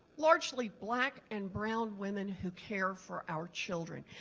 largely black and brown women who care for our children.